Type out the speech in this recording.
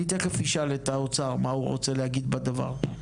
אני תכף אשאל את האוצר מה הוא רוצה להגיד בדבר?